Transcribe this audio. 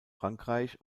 frankreich